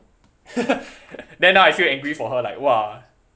then now I feel angry for her like !wah!